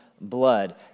blood